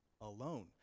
alone